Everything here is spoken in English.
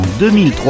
2003